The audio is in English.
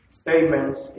statements